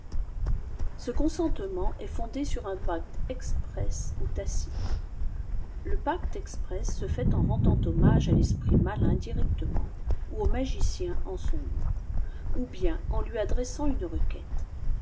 ce consentement est fondé sur un pacte exprès oii tacite le pacte exprès se fait en rendant hommage à fesprît makti directetttent ou au magicien en son nom ou bien en lui adressant une requête